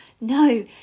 no